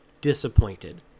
disappointed